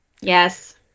Yes